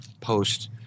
Post